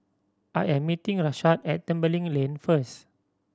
I am meeting Rashaad at Tembeling Lane first